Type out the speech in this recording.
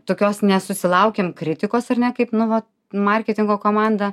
tokios nesusilaukėm kritikos ar ne kaip nu va marketingo komanda